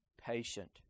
patient